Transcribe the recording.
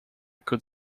could